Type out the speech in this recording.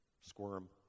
squirm